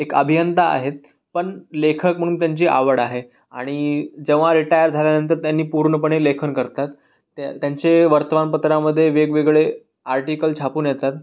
एक अभियंता आहेत पण लेखक म्हणून त्यांची आवड आहे आणि जेव्हा रिटायर झाल्यानंतर त्यांनी पूर्णपणे लेखन करतात त्या त्यांचे वर्तमानपत्रामध्ये वेगवेगळे आर्टिकल छापून येतात